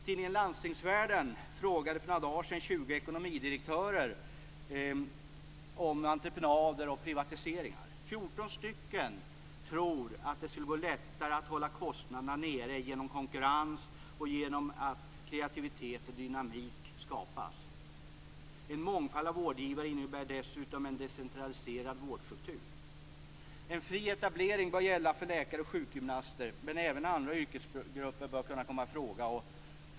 Tidningen Landstingsvärlden frågade för några dagar sedan 20 ekonomidirektörer om entreprenader och privatiseringar. 14 stycken tror att det skulle gå lättare att hålla kostnaderna nere genom konkurrens och genom att kreativitet och dynamik skapas. En mångfald av vårdgivare innebär dessutom en decentraliserad vårdstruktur. En fri etablering bör gälla för läkare och sjukgymnaster, men även andra yrkesgrupper bör kunna komma i fråga.